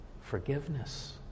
forgiveness